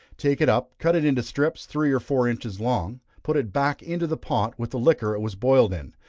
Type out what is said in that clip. take it up, cut it into strips three or four inches long, put it back into the pot, with the liquor it was boiled in,